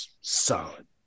solid